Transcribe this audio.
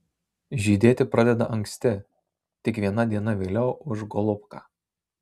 žydėti pradeda anksti tik viena diena vėliau už golubką